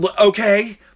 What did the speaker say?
Okay